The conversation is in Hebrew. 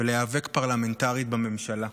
ולהיאבק פרלמנטרית בממשלה.